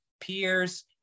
peers